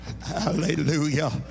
Hallelujah